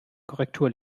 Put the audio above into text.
korrektur